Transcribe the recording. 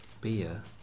beer